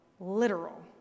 literal